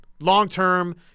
long-term